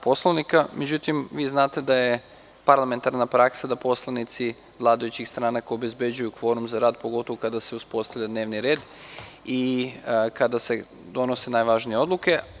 Poslovnika međutim vi znate da je parlamentarna praksa da poslanici vladajućih stranaka obezbeđuju kvorum za rad pogotovo kada se uspostavlja dnevni red i kada se donose najvažnije odluke.